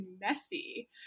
messy